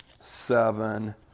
seven